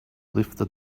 lifted